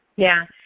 yeah.